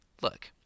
look